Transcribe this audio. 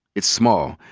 it's small,